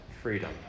freedom